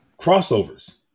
crossovers